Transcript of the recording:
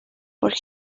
for